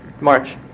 March